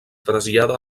trasllada